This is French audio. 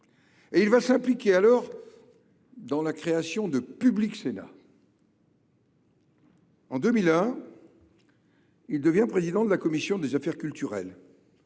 Il s’impliquera alors dans la création de Public Sénat. En 2001, il devient président de la commission des affaires culturelles.